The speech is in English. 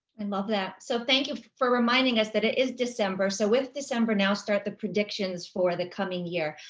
and love that. so thank you for reminding us that it is december so with december now start the predictions for the coming year.